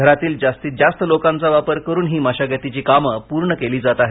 घरातील जास्ती जास्त लोकांचा वापर करून ही मशागतीची कामे पूर्ण केली जात आहेत